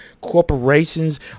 Corporations